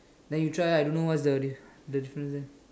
then you try ah I don't know what's the the difference eh